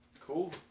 Cool